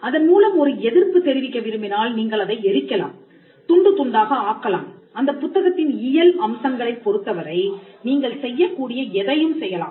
அதன் மூலம் ஒரு எதிர்ப்பு தெரிவிக்க விரும்பினால் நீங்கள் அதை எரிக்கலாம் துண்டு துண்டாக ஆக்கலாம்அந்தப் புத்தகத்தின் இயல் அம்சங்களைப் பொறுத்தவரை நீங்கள் செய்யக்கூடிய எதையும் செய்யலாம்